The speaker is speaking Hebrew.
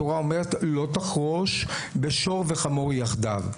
התורה אומרת: "לא תחרוש בשור ובחמור יחדיו".